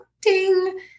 ding